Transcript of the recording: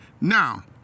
Now